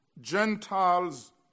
Gentiles